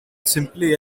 simply